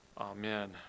Amen